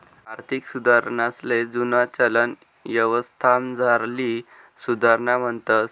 आर्थिक सुधारणासले जुना चलन यवस्थामझारली सुधारणा म्हणतंस